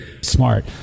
smart